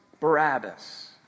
Barabbas